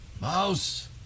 Mouse